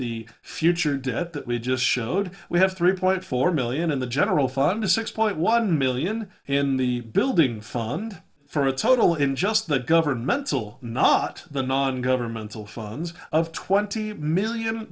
the future debt that we just showed we have three point four million in the general fund six point one million in the building fund for a total in just the governmental not the non governmental funds of twenty million